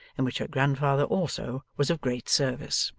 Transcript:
in which her grandfather also was of great service.